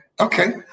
Okay